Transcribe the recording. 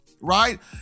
right